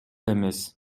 эмес